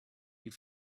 die